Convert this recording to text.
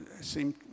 seem